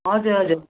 हजुर हजुर